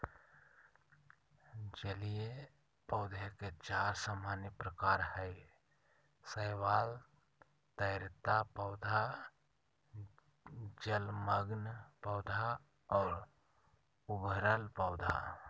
जलीय पौधे के चार सामान्य प्रकार हइ शैवाल, तैरता पौधा, जलमग्न पौधा और उभरल पौधा